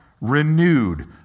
Renewed